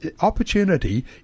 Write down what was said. opportunity